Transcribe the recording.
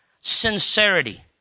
sincerity